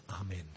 amen